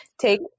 take